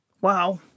Wow